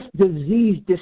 disease